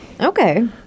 Okay